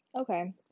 okay